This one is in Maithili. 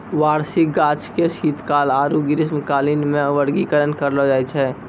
वार्षिक गाछ के शीतकाल आरु ग्रीष्मकालीन मे वर्गीकरण करलो जाय छै